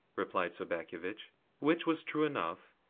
replied sobakevitch which was true enough,